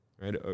right